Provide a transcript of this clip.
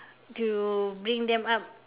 to bring them up